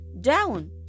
down